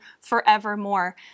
forevermore